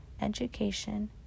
education